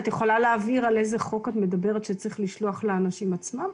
את יכולה להבהיר על איזה חוק את מדברת שצריך לשלוח לאנשים עצמם?